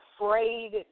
afraid